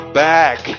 back